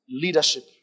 leadership